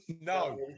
No